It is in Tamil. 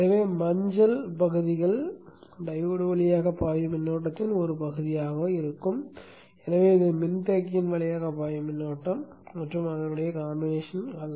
எனவே மஞ்சள் பகுதிகள் டையோடு வழியாக பாயும் மின்னோட்டத்தின் ஒரு பகுதியாகும் எனவே இது மின்தேக்கியின் வழியாக பாயும் மின்னோட்டம் அல்லது கலவை அல்ல